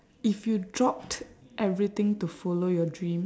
if you dropped everything to follow your dream